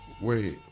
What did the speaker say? Wait